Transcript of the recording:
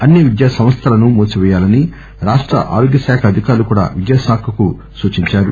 అన్ని విద్యా సంస్థలను మూసిపేయాలని రాష్ట ఆరోగ్యశాఖ అధికారులు కూడా విద్యాశాఖకు సూచించారు